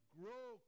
grow